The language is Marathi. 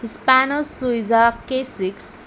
Hispano-Suiza K six